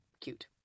cute